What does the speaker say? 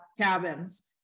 cabins